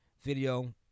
video